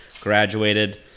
graduated